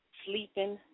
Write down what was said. sleeping